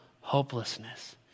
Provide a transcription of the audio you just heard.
hopelessness